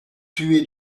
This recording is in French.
tué